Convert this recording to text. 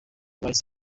bahise